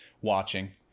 watching